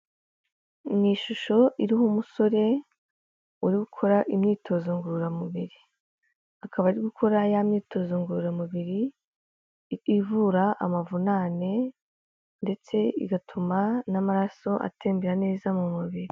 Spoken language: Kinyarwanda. Ni ishusho iriho umusore uri gukora imyitozo ngororamubiri. Akaba ari gukora ya myitozo ngororamubiri ivura amavunane ndetse igatuma n'amaraso atembera neza mu mubiri.